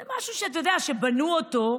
זה משהו, אתה יודע, שבנו אותו.